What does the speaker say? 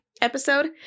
episode